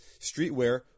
streetwear